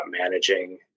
managing